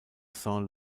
saint